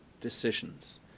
decisions